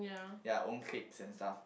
ya own cliques and stuff